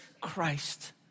Christ